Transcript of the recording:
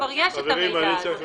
כבר יש את המידע הזה.